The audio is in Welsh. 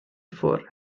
ffwrdd